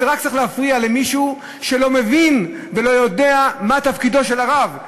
זה צריך להפריע רק למישהו שלא מבין ולא יודע מה תפקידו של הרב.